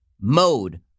mode